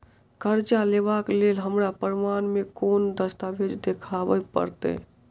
करजा लेबाक लेल हमरा प्रमाण मेँ कोन दस्तावेज देखाबऽ पड़तै?